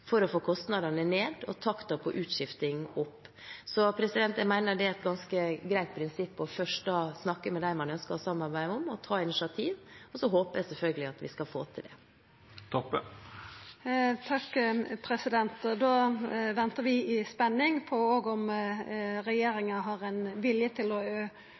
for å få kostnadene ned og takten på utskifting opp. Jeg mener det er et ganske greit prinsipp først å snakke med dem man ønsker å samarbeide med, ta et initiativ, og så håper jeg selvfølgelig at vi skal få til det. Da ventar vi i spenning på om regjeringa har vilje til å